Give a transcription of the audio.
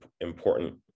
important